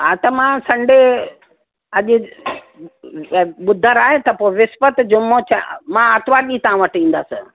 हा त मां संडे अॼु ए ॿुधरु आहे त पोइ विस्पत जुम्मो छा मांं आर्तवारु ॾींहुं तव्हां वटि ईंदसि